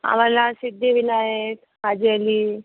आम्हाला सिद्धिविनायक हाजीअली